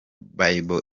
bible